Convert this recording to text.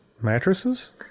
Mattresses